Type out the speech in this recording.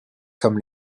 comme